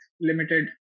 limited